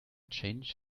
change